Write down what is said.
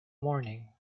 morning